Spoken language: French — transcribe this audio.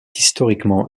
historiquement